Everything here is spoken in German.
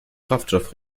kraftstoff